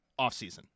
offseason